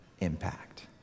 impact